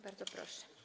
Bardzo proszę.